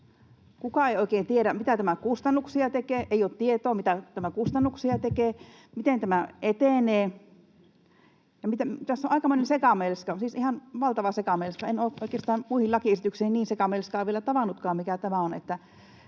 Kukaan ei oikein tiedä, mitä kustannuksia tämä tekee. Ei ole tietoa, mitä kustannuksia tämä tekee, miten tämä etenee. Tässä on aikamoinen sekamelska, siis ihan valtava sekamelska. En ole oikeastaan muissa lakiesityksissä niin sekamelskaa vielä tavannutkaan kuin mikä tämä on,